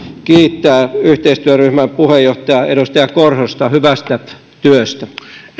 kiittää yhteistyöryhmän puheenjohtajaa edustaja korhosta hyvästä työstä